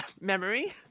memory